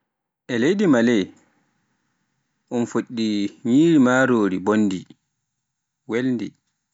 E leydi Maley un fuɗɗi nyiri marori bondi, welndi